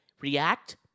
react